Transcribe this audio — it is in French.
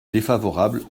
défavorable